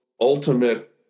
ultimate